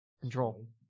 control